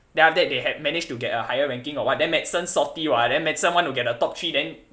then after that they managed to get a higher ranking or what then medicine salty [what] then medicine want to get top three then